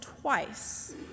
twice—